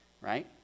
right